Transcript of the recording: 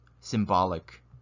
symbolic